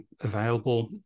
available